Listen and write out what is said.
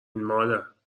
مادر